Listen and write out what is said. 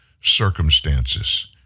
circumstances